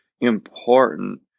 important